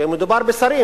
ומדובר בשרים,